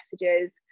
messages